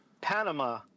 Panama